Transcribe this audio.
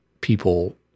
people